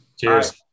Cheers